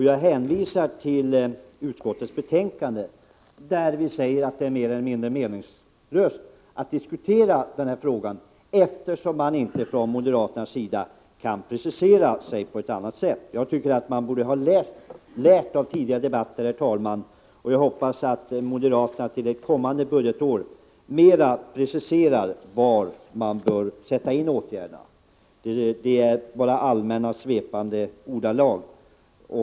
Jag hänvisar till utskottets betänkande, där vi anför att det är mer eller mindre meningslöst att diskutera denna fråga eftersom moderaterna inte kan precisera sig. Moderaterna borde, herr talman, ha lärt av tidigare debatter, och jag hoppas att de till kommande budgetår mera preciserar var åtgärderna bör sättas in. Nu talas det bara om besparingar i allmänna, svepande ordalag.